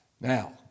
Now